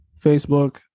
Facebook